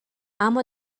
اما